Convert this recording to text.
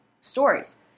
stories